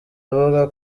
avuga